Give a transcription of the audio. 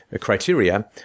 criteria